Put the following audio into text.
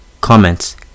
Comments